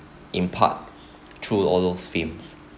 in part through all those films